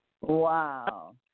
Wow